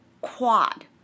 Quad